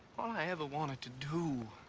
all i ever wanted to do